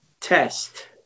test